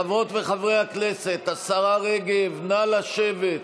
חברות וחברי הכנסת, השרה רגב, נא לשבת.